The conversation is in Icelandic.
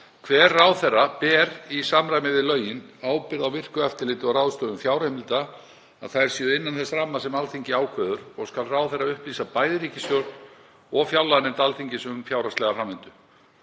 Hver ráðherra ber, í samræmi við lögin, ábyrgð á virku eftirliti og ráðstöfun fjárheimilda, að þær séu innan þess ramma sem Alþingi ákveður og skal ráðherra upplýsa bæði ríkisstjórn og fjárlaganefnd Alþingis um fjárhagslega framvindu.